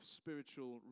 spiritual